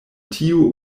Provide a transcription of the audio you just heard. tiu